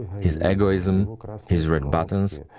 his egoism, his red buttons,